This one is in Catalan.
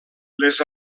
les